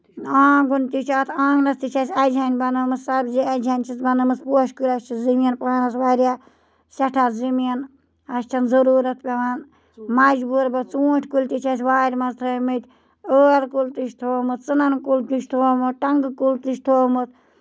آنگُن تہِ چھُ اَتھ آنگنَس تہِ چھےٚ اَسہِ اَجہِ ۂنۍ بَنٲومٕژ سَبزی اَچہِ ۂنۍ چھِس بَنٲومٕژ پوشہٕ کُلۍ اَسہِ چھُ زٔمیٖن پانَس واریاہ سٮ۪ٹھاہ زٔمیٖن اَسہِ چھنہٕ ضروٗرتھ پیوان مجبوٗر ژوٗنٹھۍ کُلۍ تہِ چھِ اَسہِ وارِ منٛز ترٲمٕتۍ ٲر کُلۍ تہِ چھِ تراومُت ژٕنن کُل تہِ چھُ تراومُت ٹَنگہٕ کُل تہِ چھُ تراومُت